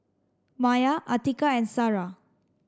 Maya Atiqah and Sarah